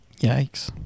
Yikes